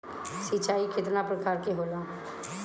सिंचाई केतना प्रकार के होला?